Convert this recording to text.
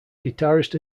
guitarist